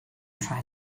try